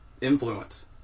influence